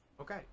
okay